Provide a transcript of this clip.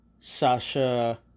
Sasha